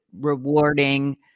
rewarding